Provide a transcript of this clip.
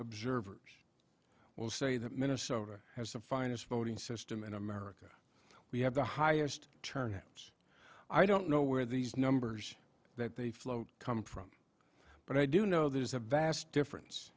observers will say that minnesota has the finest voting system in america we have the highest turnout i don't know where these numbers that they float come from but i do know there's a vast difference